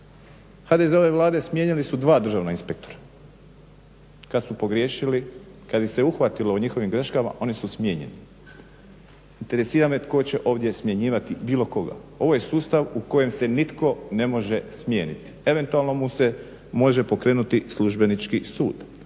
HDZ-ove Vlade smijenili su dva državna inspektora. Kada su pogriješili, kada ih se uhvatilo u njihovim greškama oni su smijenjeni. Interesira me tko će ovdje smjenjivati bilo koga. Ovo je sustav u kojem se nitko ne može smijeniti, eventualno mu se može pokrenuti službenički sud.